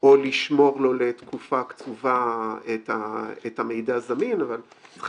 אנחנו לא אומרים שהיא לא תהיה בכתב, אנחנו אומרים